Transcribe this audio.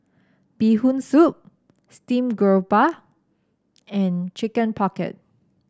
Bee Hoon Soup Steamed Garoupa and Chicken Pocket